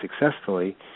successfully